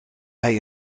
hij